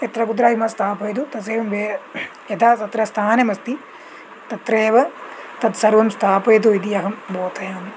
यत्रकुत्रापि न स्थापयतु तस्य एवं वे यथा तत्र स्थानमस्ति तत्रेव तत् सर्वं स्थापयतु इति अहं बोधयामि